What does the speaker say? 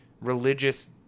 religious